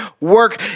work